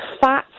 fat